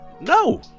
No